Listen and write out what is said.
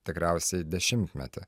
tikriausiai dešimtmetį